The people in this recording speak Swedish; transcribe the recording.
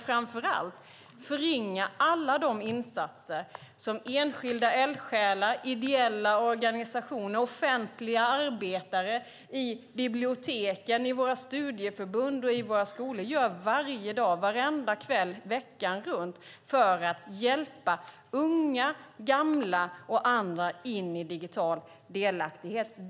Framför allt är det att förringa alla insatser som enskilda eldsjälar, ideella organisationer och offentliga arbetare på biblioteken, i våra studieförbund och i våra skolor varje dag, varenda kväll, veckan runt gör för att hjälpa unga, gamla och andra in i digital delaktighet.